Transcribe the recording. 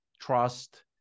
trust